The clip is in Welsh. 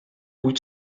wyt